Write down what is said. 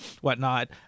whatnot